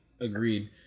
agreed